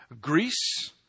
Greece